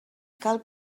cal